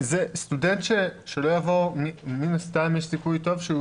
סטודנט שלא יעבור מן הסתם יש סיכוי טוב שהוא